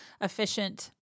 efficient